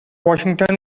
washington